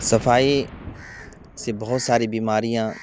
صفائی سے بہت ساری بیماریاں